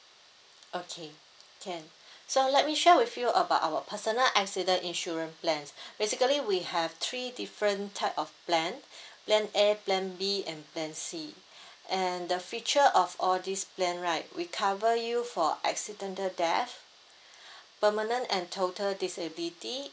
okay can so let me share with you about our personal accident insurance plan basically we have three different type of plan plan A plan B and plan C and the feature of all these plan right we cover you for accidental death permanent and total disability